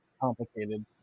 complicated